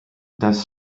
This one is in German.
das